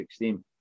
2016